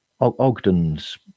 Ogden's